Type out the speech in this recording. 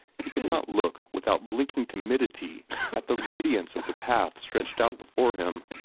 he could not look without blinking timidity at the radiance of the path stretched out before him,